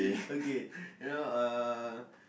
okay you know uh